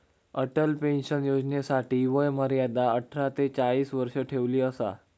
Atal pension योजनेसाठी वय मर्यादा अठरा ते चाळीस वर्ष ठेवली असा